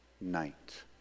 night